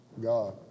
God